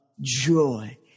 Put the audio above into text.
joy